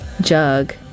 jug